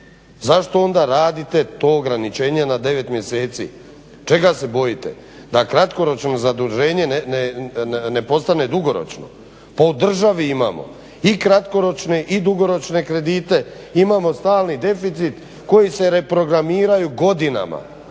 Zašto onda radite to ograničenje ne 9 mjeseci, čega se bojite, da kratkoročno zaduženje ne postane dugoročno. Pa u državi imamo i kratkoročne i dugoročne kredite, imamo stalni deficit koji se reprogramiraju godinama.